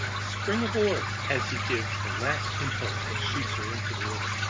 spring aboard as he gives the last impulse that shoots her into the river.